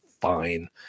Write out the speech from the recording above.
fine